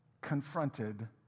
confronted